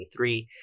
2023